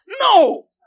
No